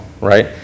right